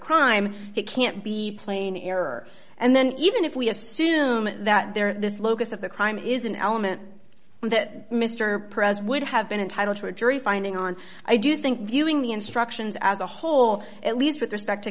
crime it can't be plain error and then even if we assume that there's locus of the crime is an element that mr prez would have been entitled to a jury finding on i do think viewing the instructions as a whole at least with respect to